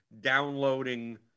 downloading